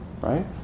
Right